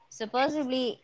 supposedly